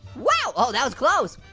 wow that was close.